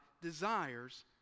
desires